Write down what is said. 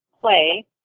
play